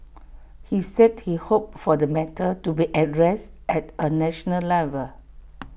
he said he hoped for the matter to be addressed at A national level